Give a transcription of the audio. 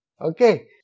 Okay